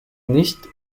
nicht